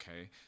okay